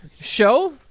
Show